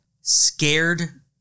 scared